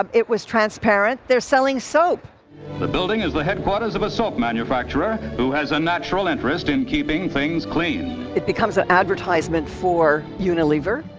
um it was transparent. they're selling soap the building is the headquarters of a soap manufacturer who has a natural interest in keeping things clean it becomes an advertisment for unilever.